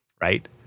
Right